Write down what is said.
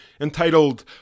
entitled